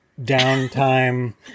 downtime